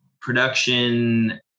production